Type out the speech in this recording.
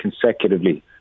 consecutively